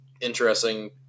interesting –